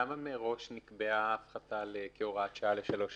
למה מראש נקבעה הפחתה כהוראת שעה לשלוש שנים?